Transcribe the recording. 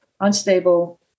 unstable